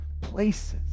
places